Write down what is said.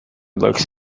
looks